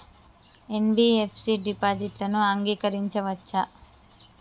NBFC డిపాజిట్లను అంగీకరించవచ్చా?